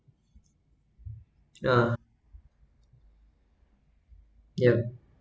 uh yeah